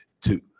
two